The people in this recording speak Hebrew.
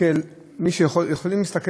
כדבר שקורה,